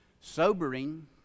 sobering